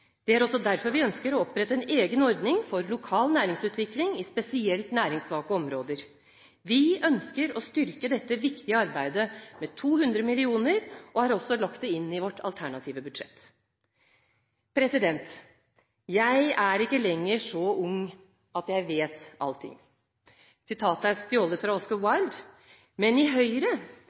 Det er også derfor vi ønsker å opprette en egen ordning for lokal næringsutvikling i spesielt næringssvake områder. Vi ønsker å styrke dette viktige arbeidet med 200 mill. kr, og har også lagt det inn i vårt alternative budsjett. Jeg er ikke lenger så ung at jeg vet allting – dette er stjålet fra Oscar Wilde – men i Høyre